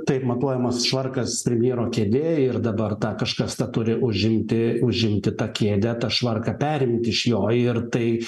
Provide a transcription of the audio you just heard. taip matuojamas švarkas premjero kėdėj ir dabar tą kažkas tą turi užimti užimti tą kėdę tą švarką perimti iš jo ir tai